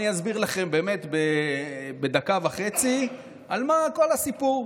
אני אסביר לכם בדקה וחצי על מה כל הסיפור.